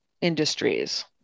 industries